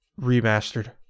Remastered